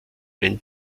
ein